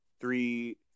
three